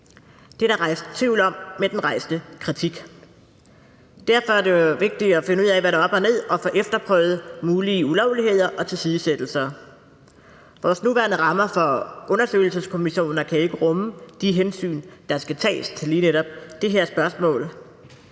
Det er der rejst tvivl om med den rejste kritik. Derfor er det jo vigtigt at finde ud af, hvad der er op og ned, og få efterprøvet mulige ulovligheder og tilsidesættelser. Vores nuværende rammer for undersøgelseskommissioner kan ikke rumme de hensyn, der skal tages i lige netop det her spørgsmål